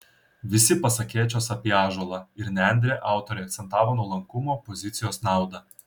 visi pasakėčios apie ąžuolą ir nendrę autoriai akcentavo nuolankumo pozicijos naudą